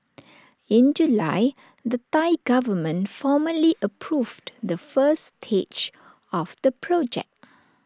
in July the Thai Government formally approved the first stage of the project